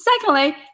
secondly